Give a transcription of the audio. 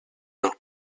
genre